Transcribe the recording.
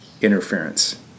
interference